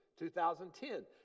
2010